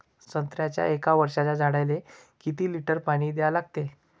संत्र्याच्या एक वर्षाच्या झाडाले किती लिटर पाणी द्या लागते?